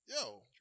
yo